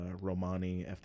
Romani